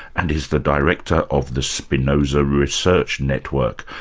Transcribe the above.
and is the director of the spinoza research network.